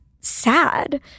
sad